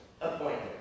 appointment